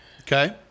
Okay